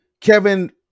Kevin